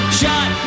shot